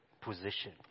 position